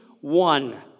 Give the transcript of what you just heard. one